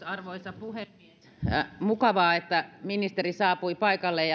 arvoisa puhemies mukavaa että ministeri saapui paikalle